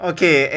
Okay